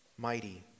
mighty